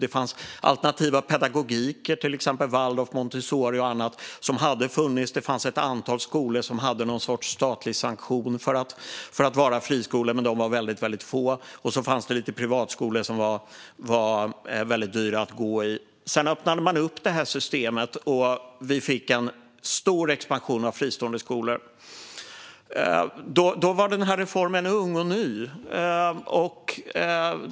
Det fanns alternativa pedagogiker - till exempel Waldorf, Montessori och annat - och det fanns ett antal skolor som hade något slags statlig sanktion att vara friskolor, men de var väldigt få. Och så fanns det några privatskolor som var väldigt dyra att gå i. Sedan öppnade man upp systemet och fick en stor expansion av fristående skolor. Då var reformen ung och ny.